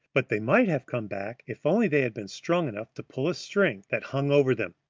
but they might have come back if only they had been strong enough to pull a string that hung over them.